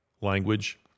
language